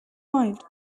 smiled